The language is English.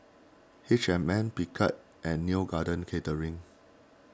H and M Picard and Neo Garden Catering